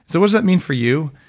so what's that mean for you?